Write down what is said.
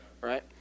right